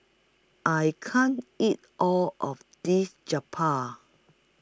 I can't eat All of This Japchae